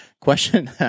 question